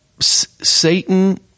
Satan